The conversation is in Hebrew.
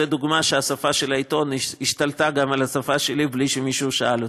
זו דוגמה שהשפה של העיתון השתלטה גם על השפה שלי בלי שמישהו שאל אותי.